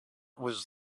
was